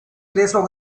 ileso